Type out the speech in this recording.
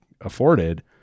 afforded